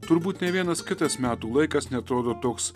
turbūt nei vienas kitas metų laikas neatrodo toks